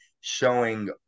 showing